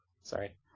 Sorry